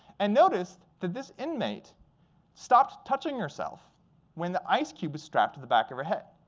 and noticed that this inmate stop touching yourself when the ice cube was strapped to the back of her head.